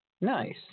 Nice